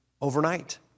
overnight